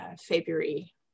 February